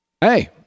Hey